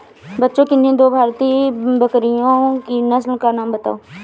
बच्चों किन्ही दो भारतीय बकरियों की नस्ल का नाम बताओ?